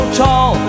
tall